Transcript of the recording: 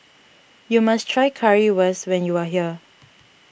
you must try Currywurst when you are here